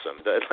awesome